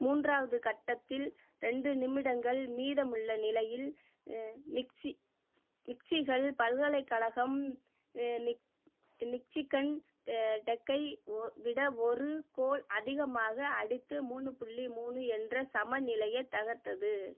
மூன்றாவது கட்டத்தில் ரெண்டு நிமிடங்கள் மீதமுள்ள நிலையில் மிக்சி மிச்சிகல் பல்கலைக்கழகம் மிச் மிச்சிகன் டெ டெக்கை ஒ விட ஒரு கோல் அதிகமாக அடித்து மூணு புள்ளி மூணு என்ற சம நிலையைத் தகர்த்தது